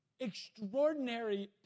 extraordinary